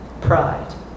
pride